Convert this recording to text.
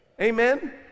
Amen